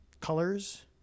colors